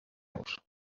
venus